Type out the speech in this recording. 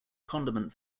condiment